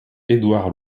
édouard